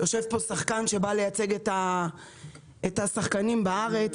יושב פה שחקן שבא לייצג את השחקנים בארץ.